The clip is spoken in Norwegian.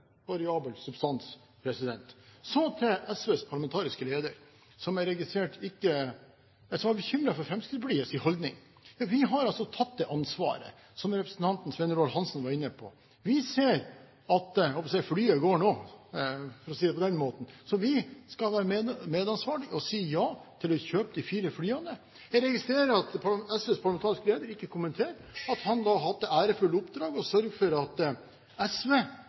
variabel substans. Så til SVs parlamentariske leder, som jeg registrerte var bekymret for Fremskrittspartiets holdning: Vi har altså tatt det ansvaret, som representanten Svein Roald Hansen var inne på. Vi ser at flyet går nå, for å si det på den måten. Vi skal være medansvarlige og si ja til å kjøpe de fire flyene. Jeg registrerer at SVs parlamentariske leder ikke kommenterer at han da har hatt det ærefulle oppdrag å sørge for at SV